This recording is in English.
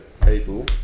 people